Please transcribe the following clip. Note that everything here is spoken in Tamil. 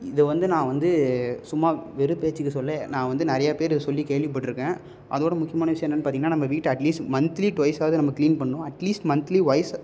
இதை வந்து நான் வந்து சும்மா வெறும் பேச்சுக்கு சொல்லல நான் வந்து நிறையா பேர் சொல்லி கேள்விப்பட்டிருக்கேன் அதோடு முக்கியமான விஷயம் என்னன்னு பார்த்திங்கனா நம்ம வீட்டை அட்லீஸ்ட் மந்த்லி டுவைஸாவது நம்ம க்ளீன் பண்ணணும் அட்லீஸ்ட் மந்த்லி வைஸ்